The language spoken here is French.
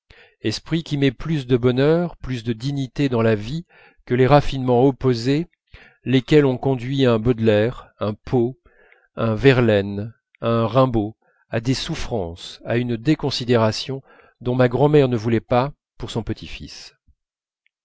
esprit qui met plus de bonheur plus de dignité dans la vie que les raffinements opposés lesquels ont conduit un baudelaire un poe un verlaine un rimbaud à des souffrances à une déconsidération dont ma grand'mère ne voulait pas pour son petit-fils